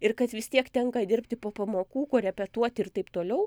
ir kad vis tiek tenka dirbti po pamokų korepetuoti ir taip toliau